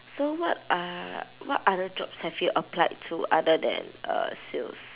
so what are what other jobs have you applied to other than uh sales